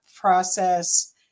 process